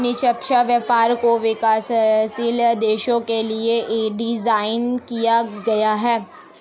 निष्पक्ष व्यापार को विकासशील देशों के लिये डिजाइन किया गया है